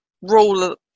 rule